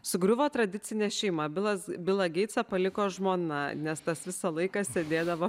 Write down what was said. sugriuvo tradicinė šeima bilas bilą geitsą paliko žmona nes tas visą laiką sėdėdavo